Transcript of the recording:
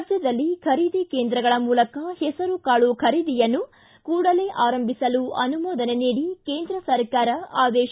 ರಾಜ್ಯದಲ್ಲಿ ಖರೀದಿ ಕೇಂದ್ರಗಳ ಮೂಲಕ ಹೆಸರುಕಾಳು ಖರೀದಿಯನ್ನು ಕೂಡಲೇ ಆರಂಭಿಸಲು ಅನುಮೋದನೆ ನೀಡಿ ಕೇಂದ್ರ ಸರಕಾರ ಆದೇಶ